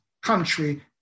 Country